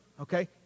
okay